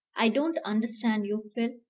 i don't understand you, phil.